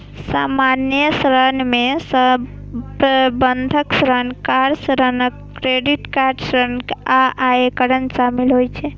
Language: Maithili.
सामान्य ऋण मे बंधक ऋण, कार ऋण, क्रेडिट कार्ड ऋण आ आयकर शामिल होइ छै